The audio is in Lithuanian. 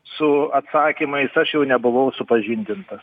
su atsakymais aš jau nebuvau supažindintas